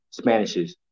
Spanishes